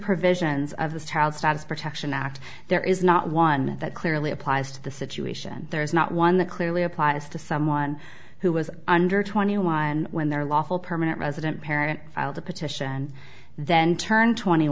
provisions of the child status protection act there is not one that clearly applies to the situation there is not one the clearly applies to someone who was under twenty one when their lawful permanent resident parent filed a petition then turned twenty